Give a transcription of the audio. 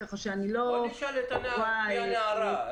בוא נשאל את פי הנערה.